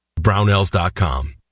Brownells.com